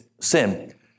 sin